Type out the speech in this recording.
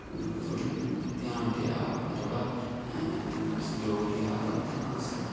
थोह्ड़ी घ्यान देऐ अपना थोह्ड़ा सैहयोग देऐ उत्थै अस